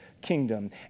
kingdom